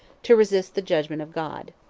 to resist the judgment of god.